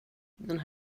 den